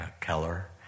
Keller